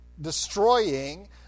destroying